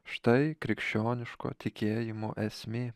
štai krikščioniško tikėjimo esmė